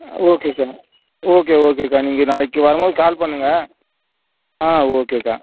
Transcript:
ஓகேக்கா ஓகே ஓகேக்கா நீங்கள் நாளைக்கு வரும் போது கால் பண்ணுங்கள் ஆ ஓகேக்கா